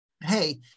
hey